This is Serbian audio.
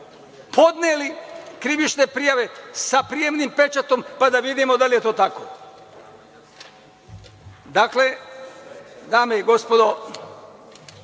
podneli krivične prijave sa prijemnim pečatom, pad da vidimo da li je to tako. Dakle, dame i gospodo,